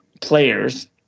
players